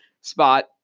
spot